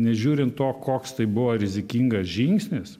nežiūrint to koks tai buvo rizikingas žingsnis